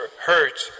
hurt